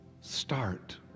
start